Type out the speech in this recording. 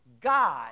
God